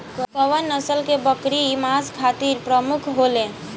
कउन नस्ल के बकरी मांस खातिर प्रमुख होले?